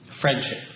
Friendship